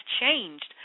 changed